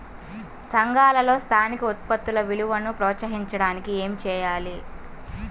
సంఘాలలో స్థానిక ఉత్పత్తుల విలువను ప్రోత్సహించడానికి ఏమి చేయాలి?